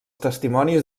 testimonis